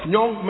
Young